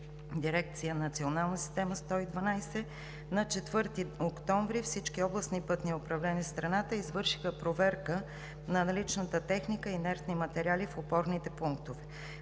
система 112“. На 4 октомври всички областни пътни управления в страната извършиха проверка на наличната техника, инертни материали в опорните пунктове.